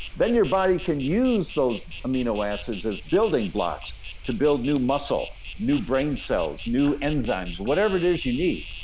then, your body can use those amino acids as building blocks to build new muscle, new brain cells, new enzymes, whatever it is that you need,